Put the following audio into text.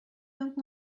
donc